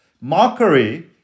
Mockery